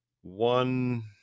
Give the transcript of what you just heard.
One